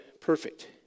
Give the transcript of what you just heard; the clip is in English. perfect